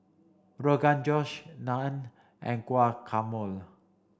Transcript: Rogan Josh Naan and Guacamole